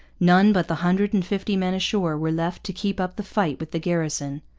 none but the hundred and fifty men ashore were left to keep up the fight with the garrison.